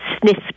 sniff